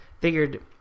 figured